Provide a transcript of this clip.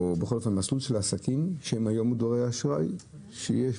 מסלול של עסקים שהם מודרי אשראי היום,